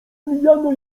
mijano